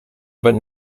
but